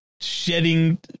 shedding